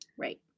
Right